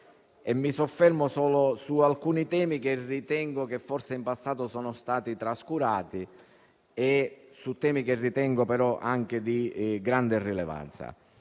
Mi soffermo solo su alcuni temi che ritengo che forse in passato siamo stati trascurati nonché su altri che ritengo di grande rilevanza,